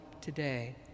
today